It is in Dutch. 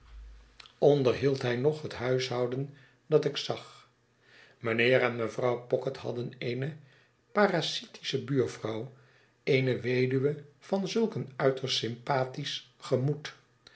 onderhield hij nog het huishouden dat ik zag mijnheer en mevrouw pocket hadden eene parasitische buurvrouw eene weduwe van zulk een uiterst sympathetisch gemoed